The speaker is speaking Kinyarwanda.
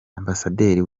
ambasaderi